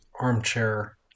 armchair